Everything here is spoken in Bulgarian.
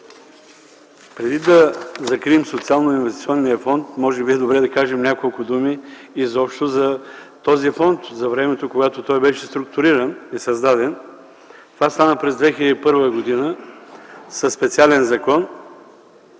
Преди да закрием Социалноинвестиционния фонд, може би е добре да кажем няколко думи изобщо за този фонд – за времето, когато той беше създаден и структуриран. Това стана през 2001 г. със специален закон.